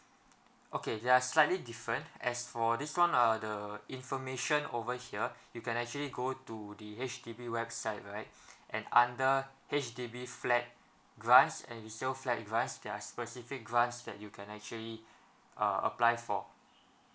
okay they are slightly different as for this one uh the information over here you can actually go to the H_D_B website right and under H_D_B flat grants and resale flat grants there are specific grants that you can actually uh apply for